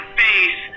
face